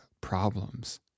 problems